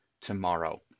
tomorrow